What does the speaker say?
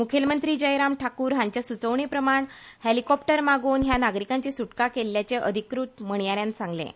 मुखेलमंत्री जयराम ठाकूर हांच्या सुचोवणे प्रमाण हॅलिकॉप्टर मागोवन ह्या नागरिकांची सुटका केल्ल्याचें अधिकृत म्हणयाऱ्यान सांगलें